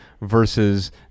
versus